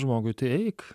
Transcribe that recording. žmogui tai eik